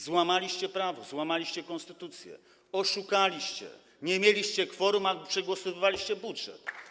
Złamaliście prawo, złamaliście konstytucję, oszukaliście, nie mieliście kworum, a przegłosowaliście budżet.